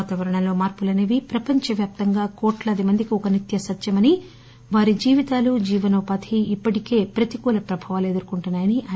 వాతావరణంలో మార్పులనేవీ ప్రపంచవ్యాప్తంగా కోట్లాది మందికి ఒక నిత్యసత్యమని వారి జీవితాలు జీవనోపాధి ఇప్పటికీ ప్రతికూల ప్రభావాలు ఎదుర్కోంటున్నాయని ఆయన అన్నారు